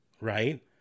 right